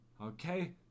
Okay